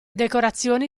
decorazioni